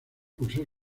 cursó